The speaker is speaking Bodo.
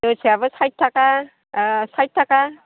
जोसायाबो साइथ थाखा साइथ थाखा